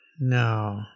No